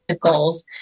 goals